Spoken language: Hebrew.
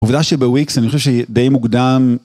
עובדה שבוויקס אני חושב שהיא די מוקדם...